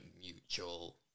mutual